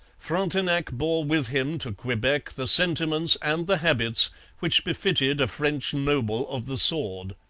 frontenac bore with him to quebec the sentiments and the habits which befitted a french noble of the sword.